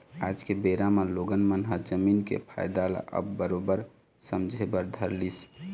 आज के बेरा म लोगन मन ह जमीन के फायदा ल अब बरोबर समझे बर धर लिस